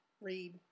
read